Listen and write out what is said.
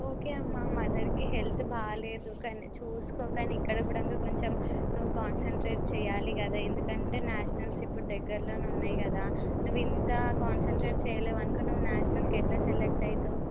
okay అమ్మ మదర్కి health బాలేదు కానీ చూసుకో కానీ ఇక్కడ కూడా కొంచెం నువ్వు కాన్సన్ట్రేట్ చేయాలి కదా ఎందుకంటే న్యాషనల్స్ ఇప్పుడు దగ్గరలో ఉన్నాయి కదా నువ్వు ఇంత కాన్సన్ట్రేట్ చేయలేవు అనుకో నువ్వు న్యాషనల్కి ఎట్లా సెలెక్ట్ అవుతావు